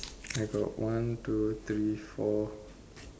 I got one two three four